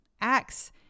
Acts